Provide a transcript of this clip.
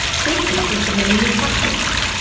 thank you for submitting your questions,